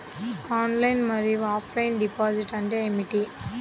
Online మరియు offline deposit అంటే ఏమిటి?